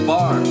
Bar